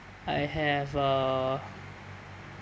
I have a